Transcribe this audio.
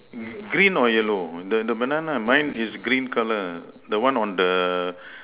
green or yellow the the banana mine is green color the one on the